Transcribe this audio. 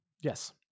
Yes